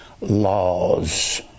laws